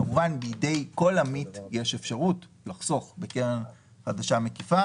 כמובן שבידי כל עמית יש אפשרות לחסוך בקרן חדשה מקיפה.